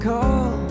Call